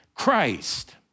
Christ